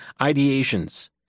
ideations